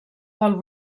pel